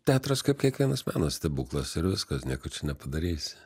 teatras kaip kiekvienas meno stebuklas ir viskas nieko nepadarysi